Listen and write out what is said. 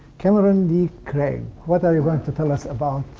cameron d. craig. what are you going to tell us about?